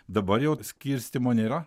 dabar jau skirstymo nėra